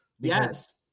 Yes